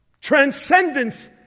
Transcendence